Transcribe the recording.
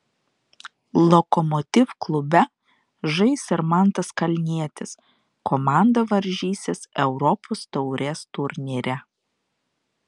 lokomotiv klube žais ir mantas kalnietis komanda varžysis europos taurės turnyre